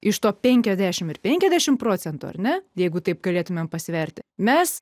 iš to penkiasdešimt ir penkiasdešimt procentų ar ne jeigu taip galėtumėm pasverti mes